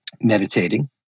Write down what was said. meditating